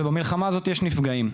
ובמלחמה הזאת יש נפגעים,